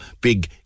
big